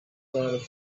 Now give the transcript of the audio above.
the